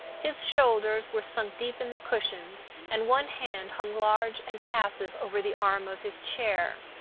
his shoulders were sunk deep in the cushions and one hand hung large and passive over the arm of his chair.